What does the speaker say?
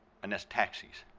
and that's taxis.